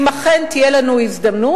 ואם אכן תהיה לנו הזדמנות.